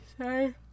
Sorry